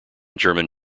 german